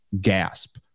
gasp